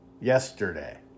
yesterday